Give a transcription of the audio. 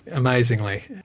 amazingly.